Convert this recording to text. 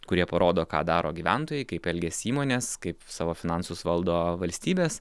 kurie parodo ką daro gyventojai kaip elgiasi įmonės kaip savo finansus valdo valstybės